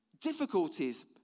difficulties